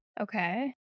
Okay